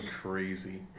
crazy